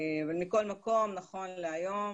מכל מקום, נכון להיום